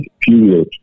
period